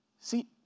See